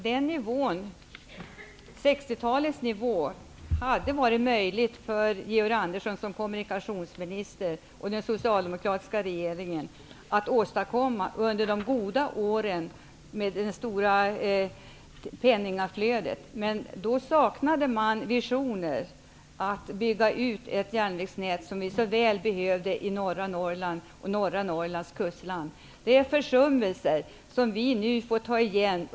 Herr talman! Det hade varit möjligt för Georg Andersson som kommunikationsminister och den socialdemokratiska regeringen att komma tillbaka till 60-talets nivå under de goda åren, med det stora penningflödet, men då saknades visioner för att bygga ut det järnvägsnät som vi så väl behövde i norra Norrland och i norra Norrlands kustland. Det är försummelser som vi nu får ta igen.